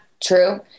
true